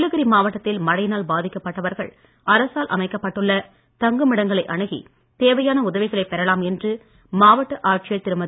நீலகிரி மாவட்டத்தில் மழையினால் பாதிக்கப்பட்டவர்கள் அரசால் அமைக்கப்பட்டுள்ள தங்குமிடங்களை அணுகி தேவையான உதவிகளைப் பெறலாம் என்று மாவட்ட ஆட்சியர் திருமதி